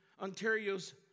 Ontario's